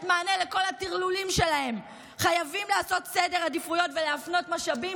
מענה לכל הטרלולים שלהם חייבים לעשות סדר עדיפויות ולהפנות משאבים.